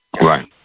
Right